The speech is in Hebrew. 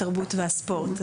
התרבות והספורט,